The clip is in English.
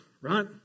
right